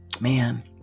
man